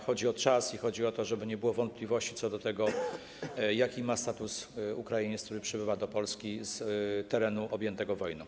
Chodzi o czas i chodzi o to, żeby nie było wątpliwości co do tego, jaki ma status Ukrainiec, który przybywa do Polski z terenu objętego wojną.